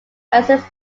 exists